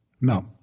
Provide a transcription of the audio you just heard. No